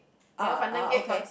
ah ah okay